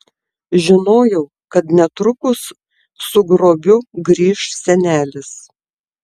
žinojau kad netrukus su grobiu grįš senelis